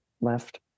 left